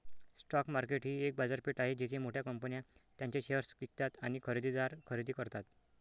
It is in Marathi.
स्टॉक मार्केट ही एक बाजारपेठ आहे जिथे मोठ्या कंपन्या त्यांचे शेअर्स विकतात आणि खरेदीदार खरेदी करतात